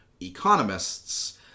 economists